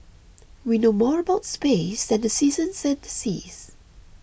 we know more about space than the seasons and the seas